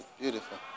beautiful